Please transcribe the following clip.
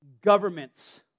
governments